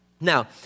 Now